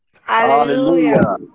Hallelujah